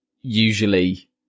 usually